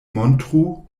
montru